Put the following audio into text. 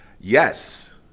Yes